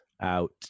out